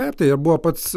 taip tai ir buvo pats